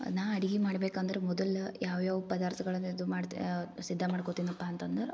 ನಾನು ಅಡ್ಗೆ ಮಾಡ್ಬೇಕಂದ್ರೆ ಮೊದಲು ಯಾವ್ಯಾವ ಪದಾರ್ಥಗಳನ್ನ ಇದು ಮಾಡ್ತೇ ಸಿದ್ಧ ಮಾಡ್ಕೋತಿನಪ್ಪ ಅಂತಂದ್ರೆ